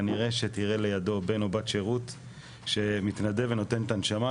כנראה שתראה לידו בן או בת שירות שמתנדב ונותן את הנשמה.